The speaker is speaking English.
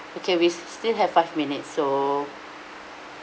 okay we still have five minutes so